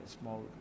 small